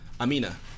Amina